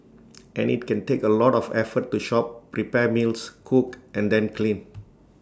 and IT can take A lot of effort to shop prepare meals cook and then clean